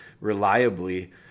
reliably